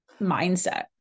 mindset